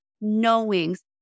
knowings